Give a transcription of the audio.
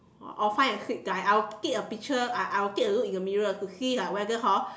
or or find a cute guy I will take a picture I I will take a look into the mirror to see like whether hor